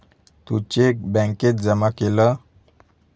तू cheque बॅन्केत जमा केलं?